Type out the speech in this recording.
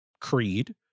Creed